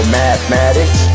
mathematics